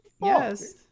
Yes